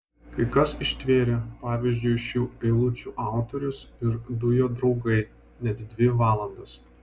kai kas ištvėrė pavyzdžiui šių eilučių autorius ir du jo draugai net dvi valandas